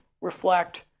reflect